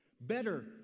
Better